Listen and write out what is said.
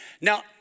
Now